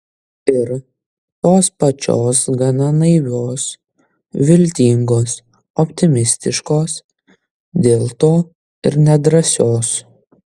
ir tos pačios gana naivios viltingos optimistiškos dėl to ir nedrąsios